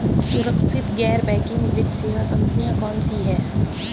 सुरक्षित गैर बैंकिंग वित्त सेवा कंपनियां कौनसी हैं?